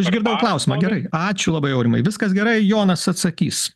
išgirdau klausimą gerai ačiū labai aurimai viskas gerai jonas atsakys